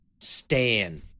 Stan